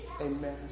Amen